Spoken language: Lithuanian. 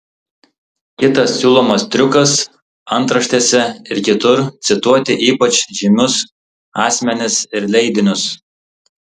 kitas siūlomas triukas antraštėse ir kitur cituoti ypač žymius asmenis ir leidinius